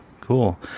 Cool